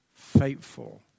Faithful